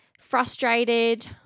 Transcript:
frustrated